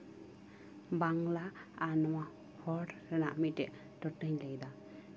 ᱵᱟᱝᱞᱟ ᱟᱨ ᱱᱚᱣᱟ ᱦᱚᱲ ᱨᱮᱱᱟᱜ ᱢᱤᱫᱴᱟᱡ ᱴᱚᱴᱟᱧ ᱞᱟᱹᱭᱫᱟ